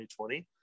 2020